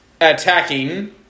attacking